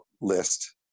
list